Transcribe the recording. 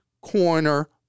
corner